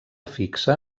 fixa